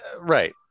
right